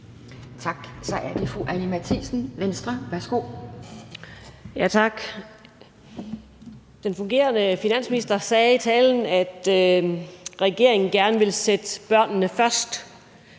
Tak. Så er det fru Anni Matthiesen, Venstre. Værsgo. Kl. 17:07 Anni Matthiesen (V): Tak. Den fungerende finansminister sagde i talen, at regeringen gerne vil sætte børnene først.